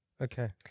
okay